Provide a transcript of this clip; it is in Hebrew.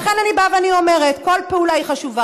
לכן אני באה ואומרת: כל פעולה היא חשובה.